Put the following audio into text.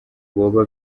boba